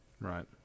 Right